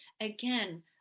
again